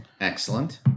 Excellent